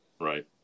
Right